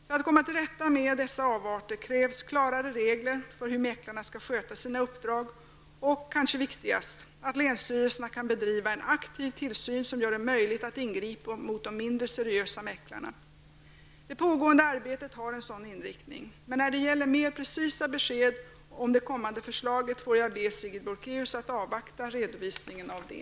För att komma till rätta med dessa avarter krävs klarare regler för hur mäklare skall sköta sina uppdrag och -- kanske viktigast -- att länsstyrelserna kan bedriva en aktiv tillsyn som gör det möjligt att ingripa mot de mindre seriösa mäklarna. Det pågående arbetet har en sådan inriktning. Men när det gäller mer precisa besked om det kommande förslaget får jag be Sigrid Bolkéus att avvakta redovisningen av det.